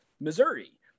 Missouri